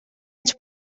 ens